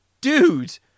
dude